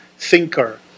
thinker